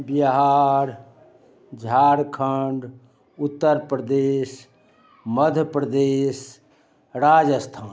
Bihar Jharkhand Uttar Pradesh Madhya Pradesh Rajasthan